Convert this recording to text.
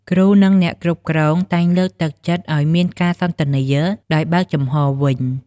គ្រូ និងអ្នកគ្រប់គ្រងតែងលើកទឹកចិត្តឲ្យមានការសន្ទនាដោយបើកចំហវិញ។